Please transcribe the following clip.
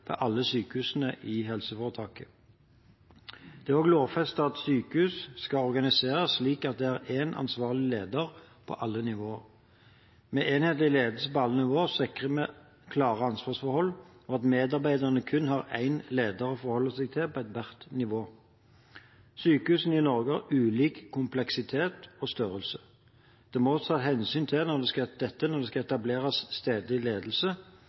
ved alle sykehusene i helseforetaket. Det er også lovfestet at sykehus «skal organiseres slik at det er en ansvarlig leder på alle nivåer». Med enhetlig ledelse på alle nivåer sikrer vi klare ansvarsforhold og at medarbeiderne kun har én leder å forholde seg til på hvert nivå. Sykehusene i Norge har ulik kompleksitet og størrelse. Det må tas hensyn til dette når det skal etableres stedlig ledelse,